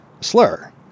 slur